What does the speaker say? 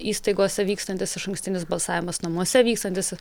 įstaigose vykstantis išankstinis balsavimas namuose vykstantis